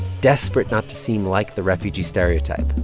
desperate not to seem like the refugee stereotype,